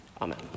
Amen